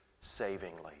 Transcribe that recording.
savingly